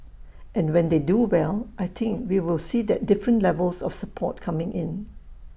and when they do well I think we will see that different levels of support coming in